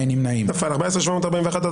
הצבעה לא אושרה נפל.